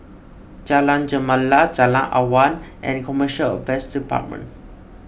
Jalan Gemala Jalan Awan and Commercial Affairs Department